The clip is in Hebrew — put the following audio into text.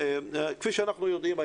כפי שאנחנו יודעים,